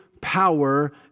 power